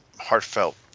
heartfelt